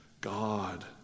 God